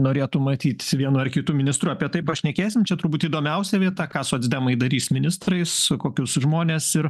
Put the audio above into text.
norėtų matyt vienu ar kitu ministru apie tai pašnekėsim čia turbūt įdomiausia vieta ką socdemai darys ministrais kokius žmones ir